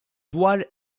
dwar